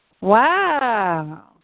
Wow